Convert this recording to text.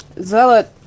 Zealot